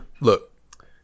look